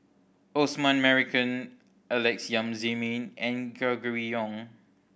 Osman Merican Alex Yam Ziming and Gregory Yong